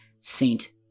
saint